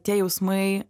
tie jausmai